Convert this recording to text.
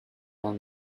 done